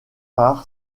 par